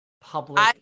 public